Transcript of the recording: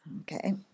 Okay